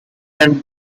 and